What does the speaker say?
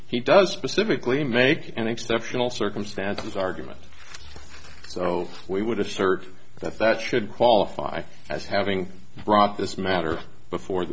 he does pacifically make an exceptional circumstances argument so we would assert that that should qualify as having brought this matter before